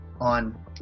on